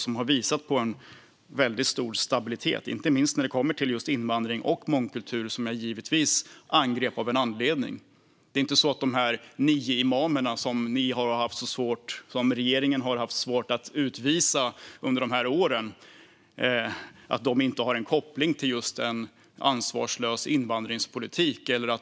Den har visat på en stor stabilitet, inte minst när det kommer till just invandring och mångkultur. Det var givetvis av en anledning jag angrep just detta. De nio imamer som regeringen har haft så svårt att utvisa under de här åren har förstås en koppling till just en ansvarslös invandringspolitik.